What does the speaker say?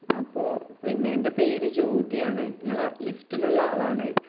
അപ്പോള് പിന്നെ എൻ്റെ പേര് ജ്യോതിയാണ് നിങ്ങളെ ലിസ്റ്റിലുള്ള ആളാണ്